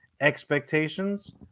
expectations